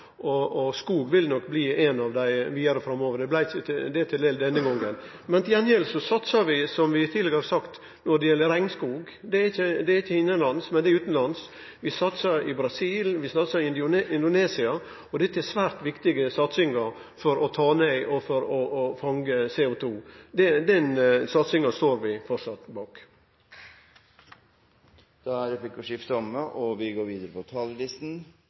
og skog vil nok bli eitt av dei tiltaka vidare framover. Det blei ikkje til det denne gongen. Til gjengjeld satsar vi, som vi tidlegare har sagt, på regnskog. Det er ikkje innanlands, men det er utanlands. Vi satsar i Brasil og i Indonesia, og dette er svært viktige satsingar for å fange CO2. Den satsinga står vi framleis bak. Replikkordskiftet er omme. FNs klimarapport har vist oss at klimaendringene ikke skjer i en fjern fremtid. De skjer nå. Derfor er det behov for å forsterke klima- og miljøtiltakene i budsjettet. Det har vi